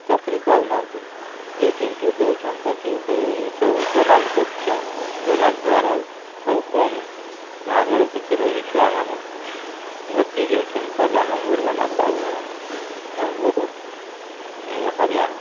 ଚାକିରି ପାଉନାହାନ୍ତି ଯେଠି ଇଣ୍ଟର୍ଭ୍ୟୁ ଦେଉଛନ୍ ସେଠି ସେଇ ସବୁ ଦଲାଲ୍ ପୋଷୁଛନ୍ ଦଲାଲ ଦ୍ୱାରା ସବୁ କମ୍ ମାର୍କ ରଖିଥିଲେ ବି ଛୁଆମାନେ ଭର୍ତି ହେଇ ଯାଉଛନ୍ତି ଭଲ ନମ୍ବର୍ ବାଲା ପାଉନାହାନ୍ତି ତେଣୁ ବହୁତ ହଇରାଣ